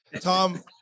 Tom